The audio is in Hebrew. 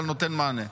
אבל הוא נותן מענה.